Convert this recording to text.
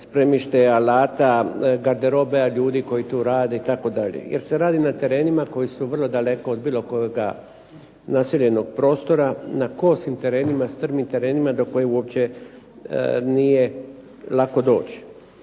spremište alata, garderobe ljudi koji tu rade, itd. Jer se radi na terenima koji su vrlo daleko od bilo kojega naseljenog prostora, na kosim terenima, strmim terenima do kojih uopće nije lako doći.